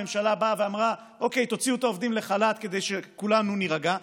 כשהממשלה באה ואמרה: אוקיי תוציאו את העובדים לחל"ת כדי שכולנו נירגע.